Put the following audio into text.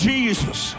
Jesus